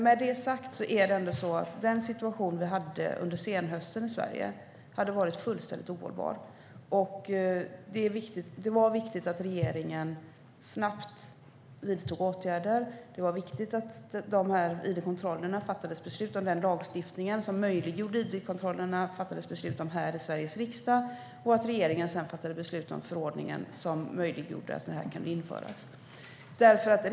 Med detta sagt är det så att den situation som rådde under senhösten i Sverige var fullständigt ohållbar. Det var viktigt att regeringen snabbt vidtog åtgärder. Det var viktigt att beslutet som möjliggjorde id-kontrollerna fattades i Sveriges riksdag, och regeringen fattade sedan beslut om förordningen som gjorde det möjligt att införa id-kontrollerna.